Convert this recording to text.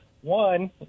One